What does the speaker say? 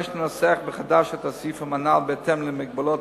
יש לנסח מחדש את הסעיפים הנ"ל בהתאם למגבלות